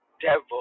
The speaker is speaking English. devil